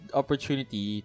opportunity